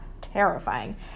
terrifying